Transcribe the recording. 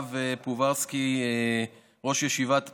הרב פוברסקי, ראש ישיבת פוניבז'